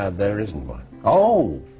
ah there isn't one oh!